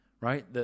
right